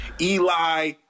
Eli